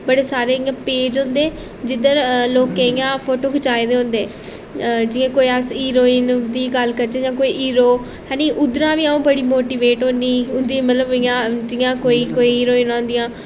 बड़े सारे इ'यां पेज होंदे जिद्धर लोकें इ'यां फोटो खचाए दे होंदे जियां कोई अस हीरोइन दी गल्ल करचै जां कोई हीरो हैनी उद्धरा दा बी अ'ऊं बड़ी मोटीवेट होन्नी उं'दी मतलब इ'यां जियां कोई कोई हीरोइनां होंदियां